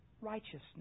righteousness